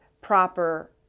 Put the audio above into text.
proper